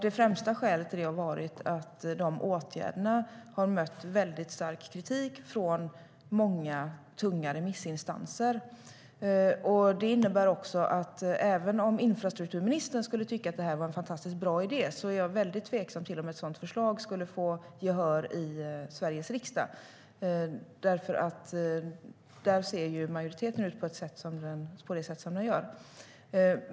Det främsta skälet har varit att dessa åtgärder har mött väldigt stark kritik från många tunga remissinstanser. Det innebär också att även om infrastrukturministern skulle tycka att det här var en fantastiskt bra idé, så är jag väldigt tveksam till om ett sådant förslag skulle få gehör i Sveriges riksdag där majoriteten ju ser ut som den gör.